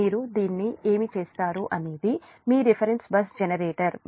మీరు దీన్ని ఏమి చేస్తారు అనేది మీ రిఫరెన్స్ బస్ జనరేటర్ వాస్తవానికి ఇది j0